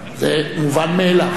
זה מובן מאליו.